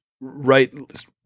right